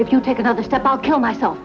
if you take another step i'll kill myself